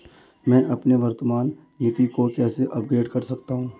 मैं अपनी वर्तमान नीति को कैसे अपग्रेड कर सकता हूँ?